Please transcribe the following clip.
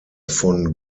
von